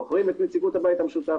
בוחרים את נציגות הבית המשותף,